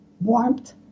warmth